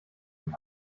von